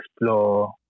explore